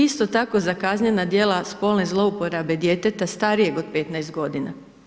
Isto tako za kaznena djela spolne zlouporabe djeteta starijeg od 15 godina.